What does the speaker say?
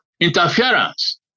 interference